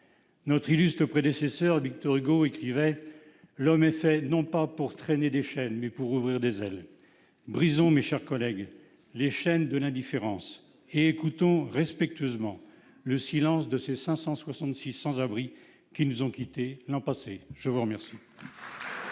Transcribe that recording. Notre illustre prédécesseur Victor Hugo écrivait :« L'homme est fait non pas pour traîner des chaînes, mais pour ouvrir des ailes. » Brisons, mes chers collègues, les chaînes de l'indifférence et écoutons respectueusement le silence de ces 566 sans-abris qui nous ont quittés l'an passé. La parole